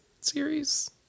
series